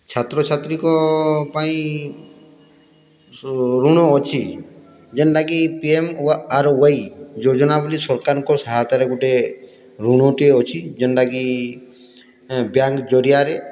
ଛାତ୍ରଛାତ୍ରୀଙ୍କ ପାଇଁ ଋଣ ଅଛି ଯେନ୍ତାକି ପି ଏମ୍ ଆର୍ ୱାଇ ଯୋଜନା ବୋଲି ସରକାର୍ଙ୍କ ସହାୟତାରେ ଗୁଟେ ଋଣଟିଏ ଅଛି ଯେନ୍ତାକି ବ୍ୟାଙ୍କ୍ ଜରିଆରେ